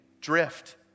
Drift